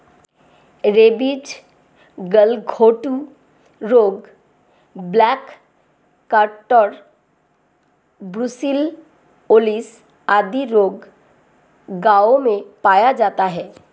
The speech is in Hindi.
रेबीज, गलघोंटू रोग, ब्लैक कार्टर, ब्रुसिलओलिस आदि रोग गायों में पाया जाता है